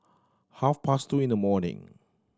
half past two in the morning